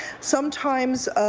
sometimes